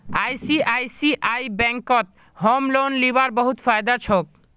ICICI बैंकत home loan लीबार बहुत फायदा छोक